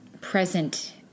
present